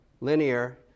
linear